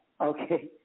Okay